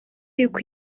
y’uko